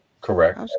Correct